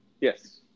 Yes